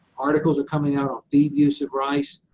articles are coming out on feed use of rice,